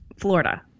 Florida